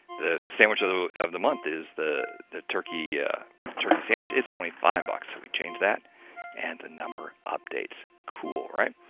the sandwich of the of the month is the the turkey turkey sandwich. it's only five bucks. so, we change that and the number updates. cool, right?